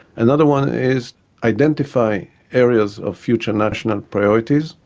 another one is identifying areas of future national priorities,